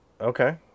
Okay